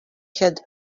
had